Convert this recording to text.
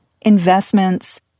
investments